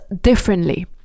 differently